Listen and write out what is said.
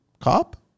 Cop